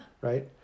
Right